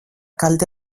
kalte